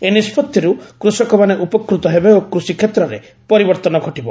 ଏହି ନିଷ୍କତ୍ତିରୁ କୃଷକମାନେ ଉପକୃତ ହେବେ ଓ କୃଷି କ୍ଷେତ୍ରରେ ପରିବର୍ତ୍ତନ ଘଟିବ